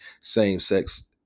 same-sex